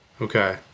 Okay